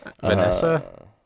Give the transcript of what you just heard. vanessa